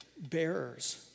bearers